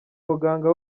muganga